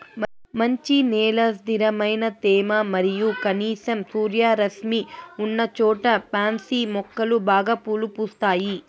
మంచి నేల, స్థిరమైన తేమ మరియు కనీసం సూర్యరశ్మి ఉన్నచోట పాన్సి మొక్కలు బాగా పూలు పూస్తాయి